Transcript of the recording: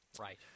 Right